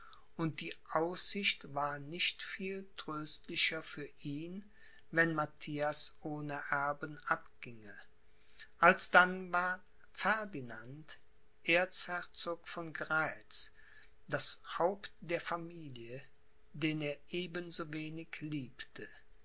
und die aussicht war nicht viel tröstlicher für ihn wenn matthias ohne erben abginge alsdann war ferdinand erzherzog von grätz das haupt der familie den er eben so wenig liebte